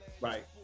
Right